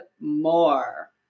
more